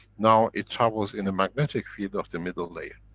now it travels in a magnetic field of the middle layer.